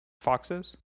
Foxes